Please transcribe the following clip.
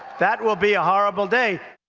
that will be a horrible day.